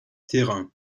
terrain